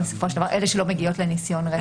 אלה שלא מגיעות לניסיון רצח?